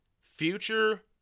future